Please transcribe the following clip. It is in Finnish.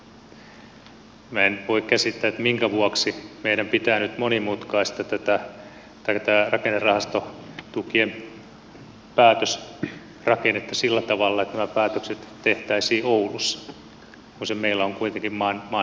minä en voi käsittää minkä vuoksi meidän pitää nyt monimutkaistaa tätä rakennerahastotukien päätösrakennetta sillä tavalla että nämä päätökset tehtäisiin oulussa kun se meillä on kuitenkin maan nopeinta